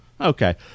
Okay